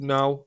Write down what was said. Now